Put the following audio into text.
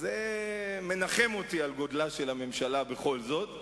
זה מנחם אותי על גודלה של הממשלה, בכל זאת.